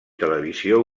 televisió